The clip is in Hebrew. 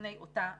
בפני אותה